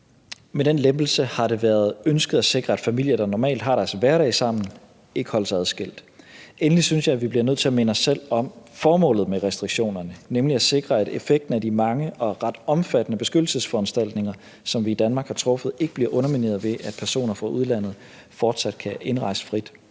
Med den lempelse har det været ønsket at sikre, at familier, der normalt har deres hverdag sammen, ikke holdes adskilt. Endelig synes jeg, at vi bliver nødt til at minde os selv om formålet med restriktionerne, nemlig at sikre, at effekten af de mange og ret omfattende beskyttelsesforanstaltninger, som vi i Danmark har truffet, ikke bliver undermineret, ved at personer fra udlandet fortsat kan indrejse frit.